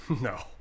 No